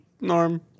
Norm